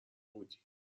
بودی